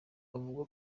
avuga